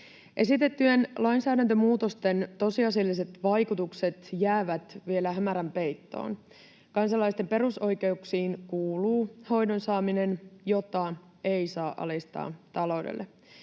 Esitettyjen lainsäädäntömuutosten tosiasialliset vaikutukset jäävät vielä hämärän peittoon. Kansalaisten perusoikeuksiin kuuluu hoidon saaminen, jota ei saa alistaa taloudelle.